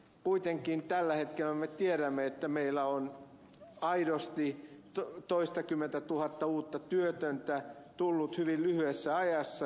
kuitenkin tällä hetkellä me tiedämme että meillä on aidosti toistakymmentätuhatta uutta työtöntä tullut hyvin lyhyessä ajassa